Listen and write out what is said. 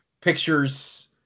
pictures